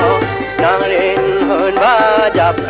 da da da da